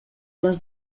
les